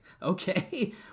Okay